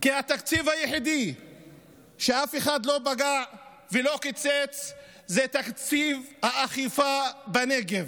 כי התקציב היחיד שבו אף אחד לא פגע ולא קיצץ זה תקציב האכיפה בנגב.